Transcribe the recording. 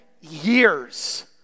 years